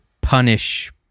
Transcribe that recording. punish